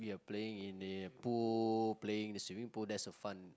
playing in the pool playing in the swimming pool that's the fun